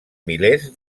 milers